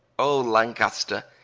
o lancaster!